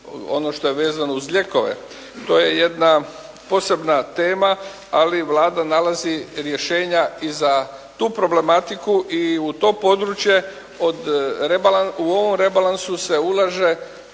ono što je vezano uz lijekove. To je jedna posebna tema, ali Vlada nalazi rješenja i za tu problematiku i u to područje u ovom rebalansu se ulaže